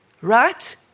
Right